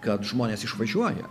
kad žmonės išvažiuoja